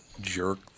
jerk